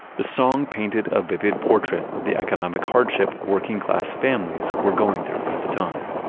the song painted a vivid portrait of the economic hardship working-class families were going through at the time.